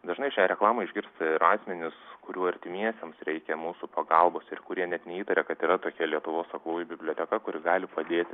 dažnai šią reklamą išgirsta ir asmenys kurių artimiesiems reikia mūsų pagalbos ir kurie net neįtaria kad yra tokia lietuvos aklųjų biblioteka kuri gali padėti